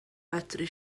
medru